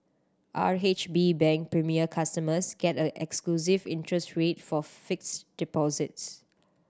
R H B Bank Premier customers get a exclusive interest rate for fixed deposits